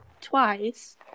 twice